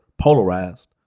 polarized